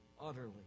utterly